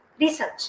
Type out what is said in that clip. research